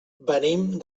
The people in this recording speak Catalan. venim